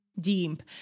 deep